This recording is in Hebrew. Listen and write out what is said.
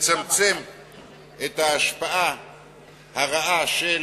תצמצם את ההשפעה הרעה של